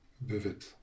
Vivid